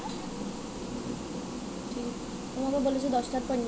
খরা বা বন্যার জন্য কৃষিঋণ মূকুপ হতে পারে কি?